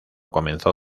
comenzó